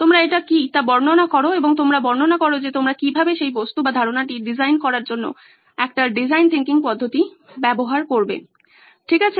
তোমরা এটা কি তা বর্ণনা করো এবং তোমরা বর্ণনা করো যে তোমরা কীভাবে সেই বস্তু বা ধারণাটি ডিজাইন করার জন্য একটি ডিজাইন থিংকিং পদ্ধতি ব্যবহার করবে ঠিক আছে